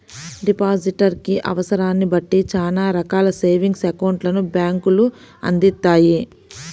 depositor కి అవసరాన్ని బట్టి చానా రకాల సేవింగ్స్ అకౌంట్లను బ్యేంకులు అందిత్తాయి